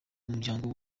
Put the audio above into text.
umuryango